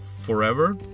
forever